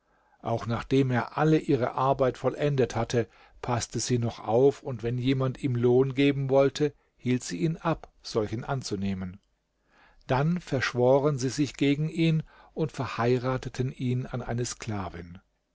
auch nachdem er alle ihre arbeit vollendet hatte paßte sie noch auf und wenn jemand ihm lohn geben wollte hielt sie ihn ab solchen anzunehmen dann verschworen sie sich gegen ihn und verheirateten ihn an eine sklavin